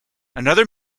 another